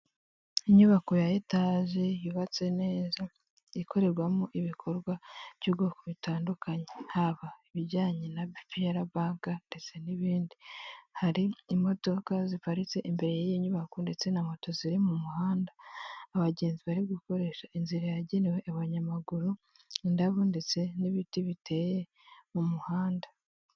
Inyubako ya etage yubatse neza, ikorerwamo ibikorwa by'ubwoko butandukanye, haba ibijyanye na bipiyara banka ndetse n'ibindi, hari imodoka ziparitse imbere y'iyi nyubako ndetse na moto ziri mu muhanda, abagenzi bari gukoresha inzira yagenewe abanyamaguru, indabo ndetse n'ibiti biteye mu muhanda.